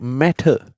matter